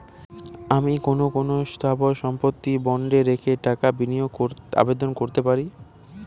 আমি কোন কোন স্থাবর সম্পত্তিকে বন্ডে রেখে টাকা বিনিয়োগের আবেদন করতে পারি?